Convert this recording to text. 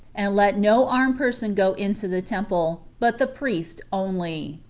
and let no armed person go into the temple, but the priest only.